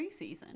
preseason